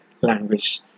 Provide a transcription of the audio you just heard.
language